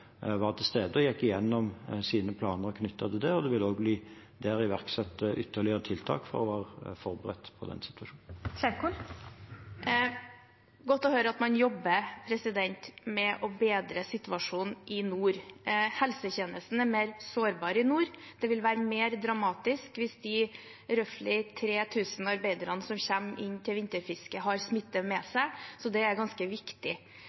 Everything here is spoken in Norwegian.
var til stede og gikk gjennom sine planer knyttet til det, og det vil også der bli iverksatt ytterligere tiltak for å være forberedt på den situasjonen. Ingvild Kjerkol – til oppfølgingsspørsmål. Det er godt å høre at man jobber med å bedre situasjonen i nord. Helsetjenesten er mer sårbar i nord. Det vil være mer dramatisk hvis de røffly 3 000 arbeiderne som kommer inn til vinterfisket, har smitte med seg, så det er ganske viktig.